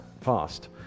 fast